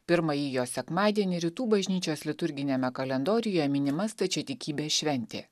pirmąjį jos sekmadienį rytų bažnyčios liturginiame kalendoriuje minima stačiatikybės šventė